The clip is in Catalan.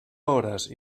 hores